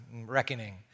reckoning